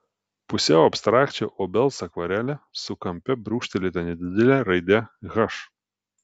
pusiau abstrakčią obels akvarelę su kampe brūkštelėta nedidele raide h